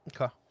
Okay